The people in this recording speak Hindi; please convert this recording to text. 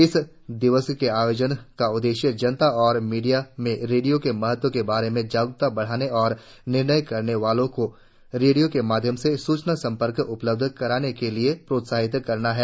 इस दिवस के आयोजन का उद्देश्य जनता और मीडिया में रेडियो के महत्व के बारे में जागरुकता बढ़ाने और निर्णय करने वालों को रेडियो के माध्यम से सूचना संपर्क उपलब्ध कराने के लिए प्रोत्साहन करना है